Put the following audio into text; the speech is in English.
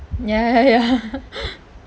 ya ya ya